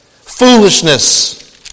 Foolishness